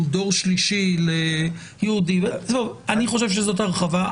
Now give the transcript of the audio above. אני חושב שזו הרחבה.